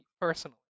personally